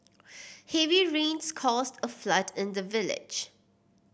heavy rains caused a flood in the village